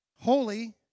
Holy